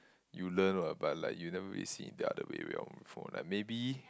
you learn [what] but like you never really see the other way round before like maybe